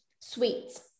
sweets